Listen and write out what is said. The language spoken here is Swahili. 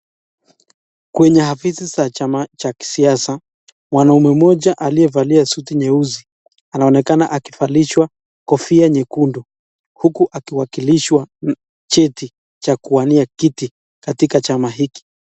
Kwenye afisi za chama cha kisiasa, mwanaume mmoja aliyevalia suti nyeusi, anaonekana akivalishwa kofia nyekundu, huku akiwakilishwa cheti cha kuwania kiti katika chama hiki.